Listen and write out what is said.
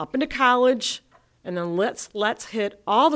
up in a college and then let's let's hit all the